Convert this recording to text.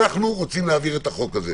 אנחנו רוצים להעביר את החוק הזה,